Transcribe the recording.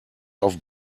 auf